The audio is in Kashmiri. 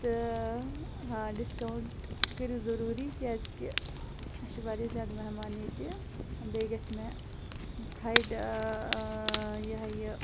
تہٕ ڈِسکاوُنٛٹ کٔرِو ضٔروٗری کیٛازِکہِ اَسہِ چھُ واریاہ زیادٕ مہمان ییٚتہِ بیٚیہِ گژھِ مےٚ فرٛایڈ یہِ ہہ یہِ